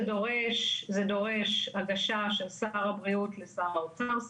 זה דורש הגשה של שר הבריאות לשר האוצר,